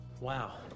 Wow